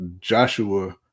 Joshua